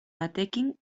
batekin